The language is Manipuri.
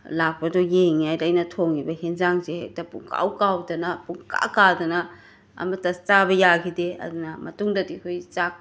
ꯂꯥꯛꯄꯗꯨ ꯌꯦꯡꯂꯤꯉꯩꯗ ꯑꯩꯅ ꯊꯣꯡꯂꯤꯕ ꯍꯦꯟꯖꯥꯡꯁꯦ ꯍꯦꯛꯇ ꯄꯨꯝꯀꯥꯎ ꯀꯥꯎꯗꯅ ꯄꯨꯝꯀꯥ ꯀꯥꯗꯅ ꯑꯃꯠꯇ ꯆꯥꯕ ꯌꯥꯒꯤꯗꯦ ꯑꯗꯨꯅ ꯃꯇꯨꯡꯗꯗꯤ ꯑꯩꯈꯣꯏ ꯆꯥꯛ